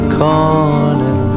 corner